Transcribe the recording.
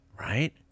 Right